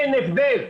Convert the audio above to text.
אין הבדל.